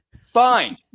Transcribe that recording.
Fine